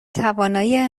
توانایی